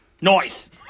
noise